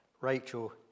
Rachel